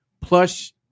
plush